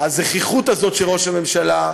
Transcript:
הזחיחות הזאת של ראש הממשלה,